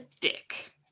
dick